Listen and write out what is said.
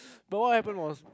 but what happen was